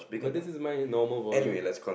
this is my normal volume